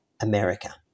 America